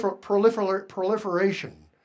proliferation